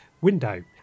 window